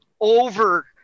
over